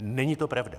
Není to pravda.